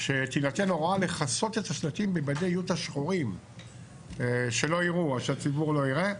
שתינתן הוראה לכסות את השלטים בבדי יוטה שחורים שהציבור לא יראה,